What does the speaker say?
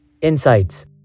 Insights